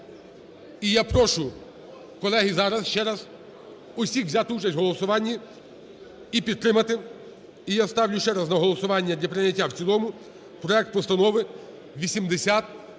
І я прошу, колеги, зараз ще раз усіх взяти участь у голосуванні і підтримати. І я ставлю ще раз на голосування для прийняття в цілому проект Постанови 8063.